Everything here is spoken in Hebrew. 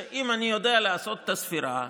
אם אני יודע לעשות את הספירה,